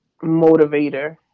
motivator